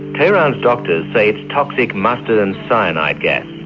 tehran's doctors say it's toxic mustard and cyanide gas. a